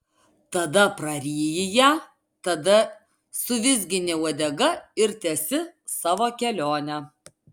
tada praryji ją tada suvizgini uodega ir tęsi savo kelionę